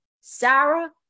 Sarah